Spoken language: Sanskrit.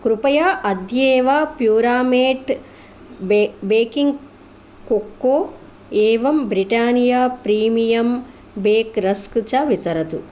कृपया अद्यैव प्यूरामेट् बे बेकिङ्ग् कोक्को एवं ब्रिटानिया प्रीमियम् बेक् रस्क् च वितरतु